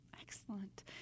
Excellent